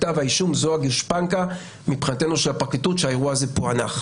כתב האישום זו הגושפנקה מבחינתנו של הפרקליטות שהאירוע הזה פוענח.